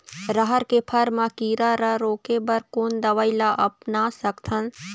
रहर के फर मा किरा रा रोके बर कोन दवई ला अपना सकथन?